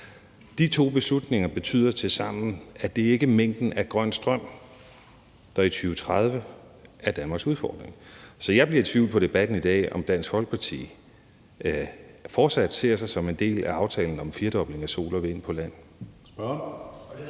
De to beslutninger betyder tilsammen, at det ikke er mængden af grøn strøm, der i 2030 er Danmarks udfordring. Så jeg bliver i tvivl efter debatten i dag, om Dansk Folkeparti fortsat ser sig selv som en del af aftalen om en firedobling af produktionen